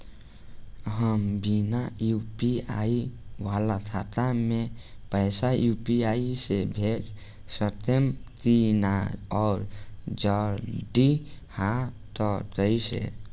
हम बिना यू.पी.आई वाला खाता मे पैसा यू.पी.आई से भेज सकेम की ना और जदि हाँ त कईसे?